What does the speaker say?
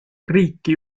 riiki